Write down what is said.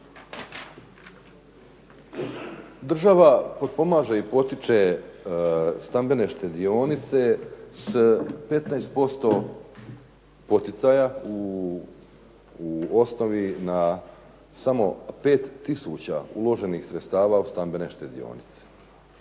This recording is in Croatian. Država potpomaže i potiče stambene štedionice s 15% poticaja u osnovi na samo 5 tisuća uloženih sredstava od stambene štedionice.